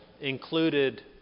included